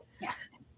Yes